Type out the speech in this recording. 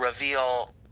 reveal